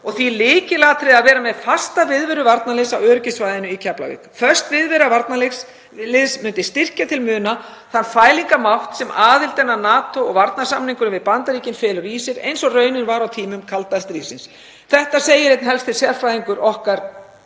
og því lykilatriði að vera með fasta viðveru varnarliðs á öryggissvæðinu í Keflavík. Föst viðvera varnarliðs myndi styrkja til muna þann fælingarmátt sem aðildin að NATO og varnarsamningurinn við Bandaríkin felur í sér, eins og raunin var á tímum kalda stríðsins.“ Þetta segir einn helsti sérfræðingur okkar